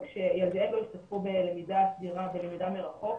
שילדיהם לא השתתפו בלמידה סדירה מרחוק,